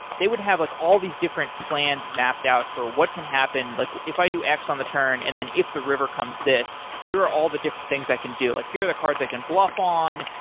they would have like all these different plans mapped out for what can happen. like if i do x on the turn and then if the river comes this, here are all the different things i can do. like here are the cards i can bluff on.